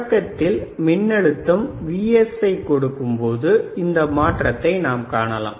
தொடக்கத்தில் மின்னழுத்தம் Vsஐ கொடுக்கும்பொழுது இந்த மாற்றத்தை நாம் காணலாம்